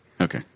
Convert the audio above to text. Okay